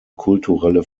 kulturelle